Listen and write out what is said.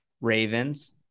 Ravens